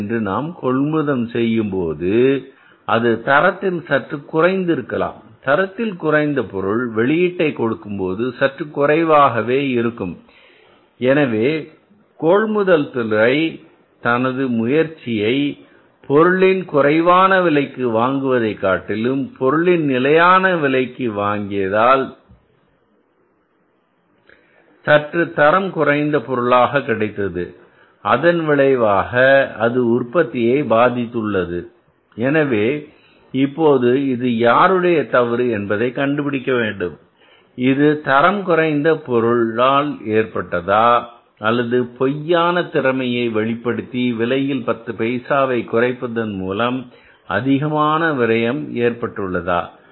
4 என்று நாம் கொள்முதல் செய்யும்போது அது தரத்தில் சற்று குறைந்து இருக்கலாம் தரத்தில் குறைந்த பொருள் வெளியீட்டை கொடுக்கும்போது சற்று குறைவாகவே இருக்கும் எனவே கொள்முதல் துறை தனது முயற்சியை பொருளின் குறைவான விலைக்கு வாங்குவதை காட்டிலும் பொருளின் நிலையான விலைக்கு வாங்கியதால் சற்று தரம் குறைந்த பொருளாக கிடைத்தது அதன் விளைவாக அது உற்பத்தியை பாதித்துள்ளது எனவே இப்போது இது யாருடைய தவறு என்பதை கண்டுபிடிக்க வேண்டும் இது தரம் குறைந்த பொருள் நாள் ஏற்பட்டதா அதாவது பொய்யான திறமையை வெளிப்படுத்தி விலையில் பத்து பைசாவை குறைப்பதன் மூலம் அதிகமான விரையம் ஏற்பட்டன